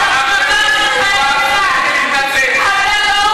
ההתנהגות הפוליטית שלך היא בושה למה שאת מייצגת.